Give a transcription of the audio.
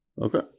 Okay